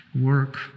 work